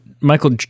Michael